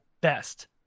best